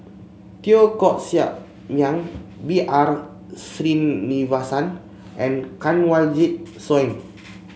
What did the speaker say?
Teo Koh Sock Miang B R Sreenivasan and Kanwaljit Soin